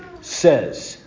says